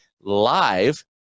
live